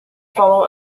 follow